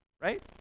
Right